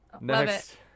Next